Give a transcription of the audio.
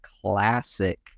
classic